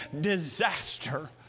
disaster